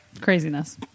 Craziness